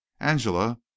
Angela